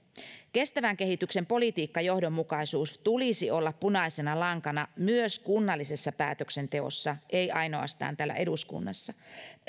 kestävän kehityksen politiikkajohdonmukaisuuden tulisi olla punaisena lankana myös kunnallisessa päätöksenteossa ei ainoastaan täällä eduskunnassa